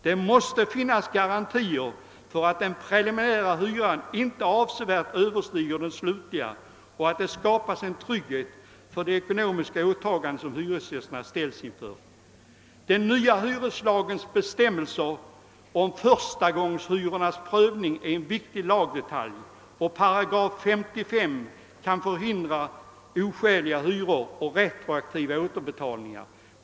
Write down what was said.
Det måste finnas garantier för att den preliminära hyran inte avsevärt överstiger den slutliga och att det skapas en trygghet beträffande det ekonomiska åtagande som hyresgästerna ställs inför. Den nya hyreslagens bestämmelser om förstagångshyrornas prövning är en viktig lagdetalj, och § 55 kan förhindra oskäliga hyror och retroaktiva återbetalningar.